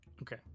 okay